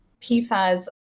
PFAS